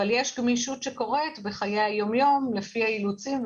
אבל יש גמישות שקורית בחיי היום-יום לפי האילוצים,